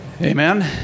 Amen